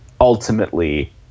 ultimately